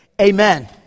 Amen